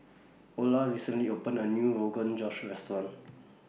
Ola recently opened A New Rogan Josh Restaurant